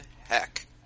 heck